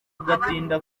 agatinda